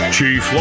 Chief